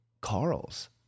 Carl's